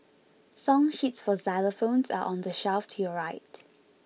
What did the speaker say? song sheets for xylophones are on the shelf to your right